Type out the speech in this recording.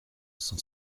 cent